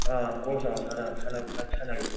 ꯑꯥ ꯀꯣꯔꯁ ꯌꯧꯔꯒ ꯁꯥꯟꯅꯒꯦ